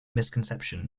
misconception